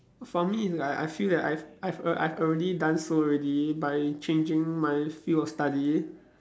for me it's like I feel that I've I've a I've already done so already by changing my field of study